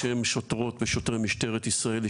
בשם שוטרות ושוטרי משטרת ישראל אני רוצה